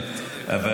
אתה